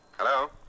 Hello